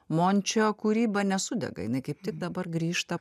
mončio kūryba nesudega jinai kaip tik dabar grįžta